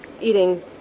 eating